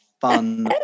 fun